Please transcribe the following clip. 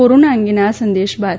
corona અંગેના આ સંદેશ બાદ